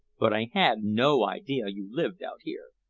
but i had no idea you lived out here.